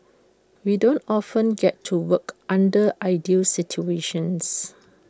we don't often get to work under ideal situations